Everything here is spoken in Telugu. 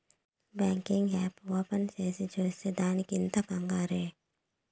బాంకింగ్ యాప్ ఓపెన్ చేసి చూసే దానికి ఇంత కంగారే